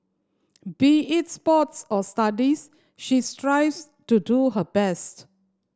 be it sports or studies she strives to do her best